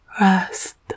rest